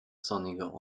sonniger